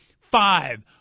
five